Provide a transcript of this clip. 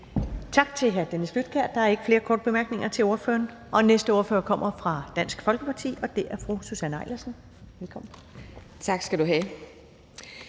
Tak til hr. Dennis Flydtkjær. Der er ikke flere korte bemærkninger til ordføreren. Den næste ordfører kommer fra Dansk Folkeparti, og det er fru Susanne Eilersen. Velkommen. Kl.